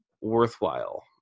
worthwhile